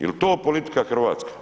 Je li to politika Hrvatske?